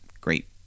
great